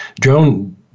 Joan